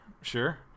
sure